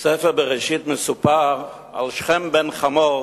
בספר בראשית מסופר על שכם בן חמור